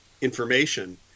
information